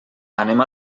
anem